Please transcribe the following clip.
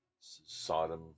Sodom